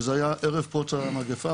וזה היה ערב פרוץ המגיפה.